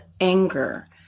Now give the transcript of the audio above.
anger